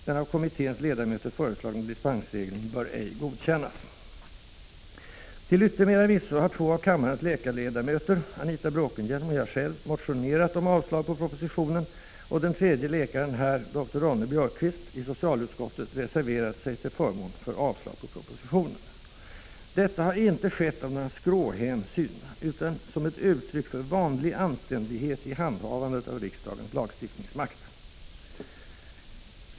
Den av kommitténs ledamöter föreslagna dispensregeln bör ej godkännas.” Till yttermera visso har två av kammarens läkarledamöter, Anita Bråkenhielm och jag själv, motionerat om avslag på propositionen, och den tredje läkaren här, dr Ronne-Björkqvist, i socialutskottet reserverat sig till förmån för avslag på propositionen. Detta har inte skett av några skråhänsyn utan som ett uttryck för vanlig anständighet i handhavandet av riksdagens lagstiftningsmakt.